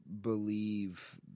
believe